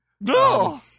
No